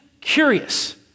curious